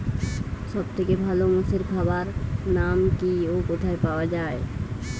সব থেকে ভালো মোষের খাবার নাম কি ও কোথায় পাওয়া যায়?